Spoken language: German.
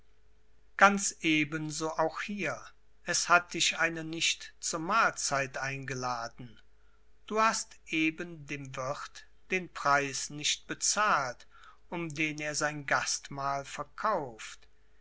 ganz eben so auch hier es hat dich einer nicht zur mahlzeit eingeladen du hast eben dem wirth den preis nicht bezahlt um den er sein gastmahl verkauft